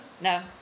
No